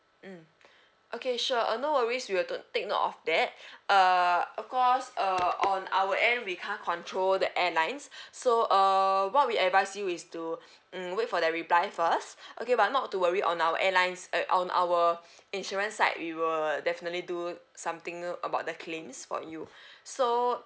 mm okay sure uh no worries we have to take note of that uh of course uh on our end we can't control the airlines so uh what we advise you is to um wait for the reply first okay but not to worry on our airlines uh on our insurance side we will definitely do something about the claims for you so